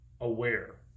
aware